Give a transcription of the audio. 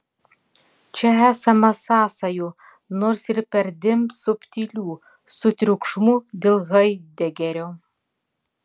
čia esama sąsajų nors ir perdėm subtilių su triukšmu dėl haidegerio